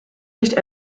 nicht